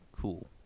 cool